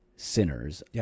sinners